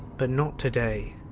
but not today.